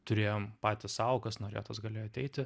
turėjom patys sau kas norėjo tas galėjo ateiti